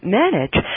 manage